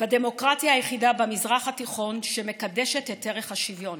בדמוקרטיה היחידה במזרח התיכון שמקדשת את ערך השוויון.